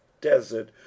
desert